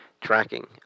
tracking